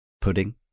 pudding